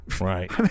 Right